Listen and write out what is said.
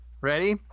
Ready